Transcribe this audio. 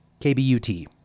KBUT